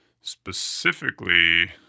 specifically